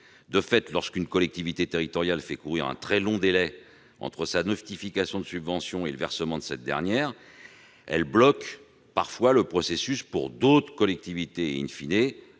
De fait, lorsqu'une collectivité territoriale fait courir un très long délai entre sa notification de subvention et le versement de cette dernière, elle bloque parfois le processus pour d'autres collectivités et,,